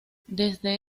desde